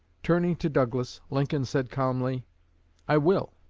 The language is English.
turning to douglas, lincoln said calmly i will.